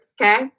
okay